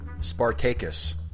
Spartacus